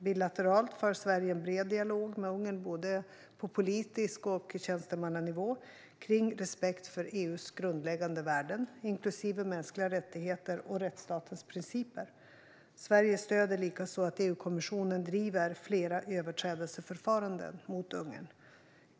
Bilateralt för Sverige en bred dialog med Ungern, både på politisk nivå och på tjänstemannanivå, kring respekt för EU:s grundläggande värden inklusive mänskliga rättigheter och rättsstatens principer. Sverige stöder likaså att EU-kommissionen driver flera överträdelseförfaranden mot Ungern.